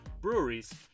breweries